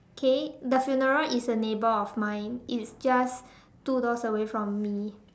okay the funeral is a neighbor of mine it's just two doors away from me